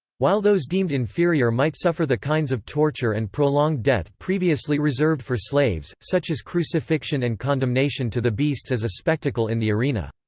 while those deemed inferior might suffer the kinds of torture and prolonged death previously reserved for slaves, such as crucifixion and condemnation to the beasts as a spectacle in the arena.